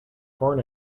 corn